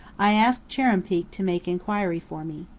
i ask chuar'ruumpeak to make inquiry for me.